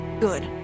Good